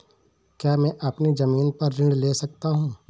क्या मैं अपनी ज़मीन पर ऋण ले सकता हूँ?